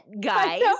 guys